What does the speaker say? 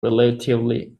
relatively